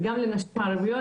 וגם לנשים ערביות,